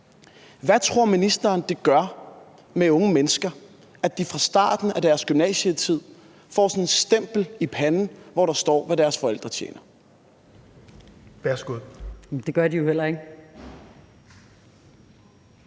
hvad tror ministeren så det gør ved unge mennesker, at de fra starten af deres gymnasietid får sådan et stempel i panden, hvor der står, hvad deres forældre tjener?